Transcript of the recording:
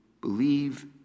Believe